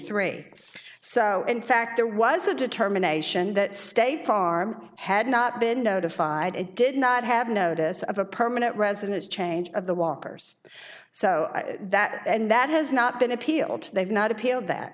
three so in fact there was a determination that state farm had not been notified it did not have notice of a permanent residence change of the walkers so that and that has not been appealed they've not appealed